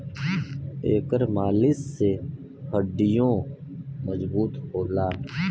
एकर मालिश से हड्डीयों मजबूत होला